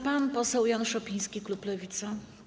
Pan poseł Jan Szopiński, klub Lewica.